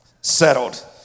Settled